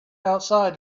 outside